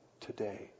today